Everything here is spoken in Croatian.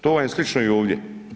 To vam je slično i ovdje.